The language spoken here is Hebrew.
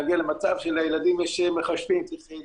ולהגיע למצב שלילדים יש מחשבים,